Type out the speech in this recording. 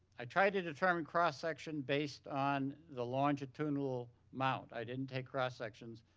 i tried to determine cross section based on the longitudinal mount. i didn't take cross sections.